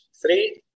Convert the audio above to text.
three